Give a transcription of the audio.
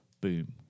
boom